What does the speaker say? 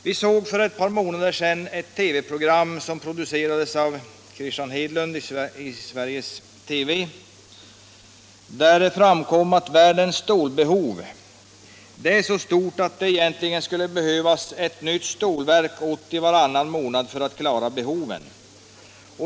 Vi kunde för ett par månader sedan se ett TV-program som producerats av Christian Hedlund vid Sveriges Radio. Där framkom att världens stålbehov är så stort att det egentligen skulle behövas ett nytt Stålverk 80 varannan månad för att klara behoven.